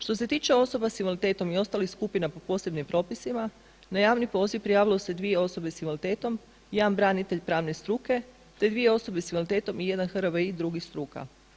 Što se tiče osoba s invaliditetom i ostalih skupina po posebnim propisima na javni poziv prijavilo se dvije osobe s invaliditetom, jedan branitelj pravne struke, te dvije osobe s invaliditetom i jedan … drugih struka.